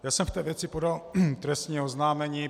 Já jsem v té věci podal trestní oznámení.